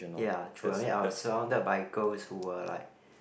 ya true I mean I were surrounded by girls who are like